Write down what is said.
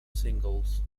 singles